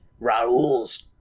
Raul's